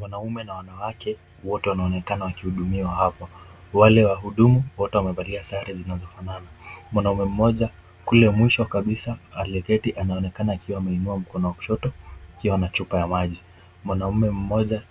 Wanaume na wanawake wote wanaonekana wakihudumiwa hapa. Wale wahudumu wote wamevalia sare zinazofanana. Mwanaume mmoja kule mwisho kabisa ameketi anaonekana akiwa ameinua mkono wa kushoto akiwa na chupa ya maji. Mwanaume mmoja